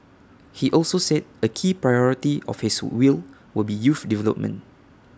he also said A key priority of his will will be youth development